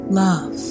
love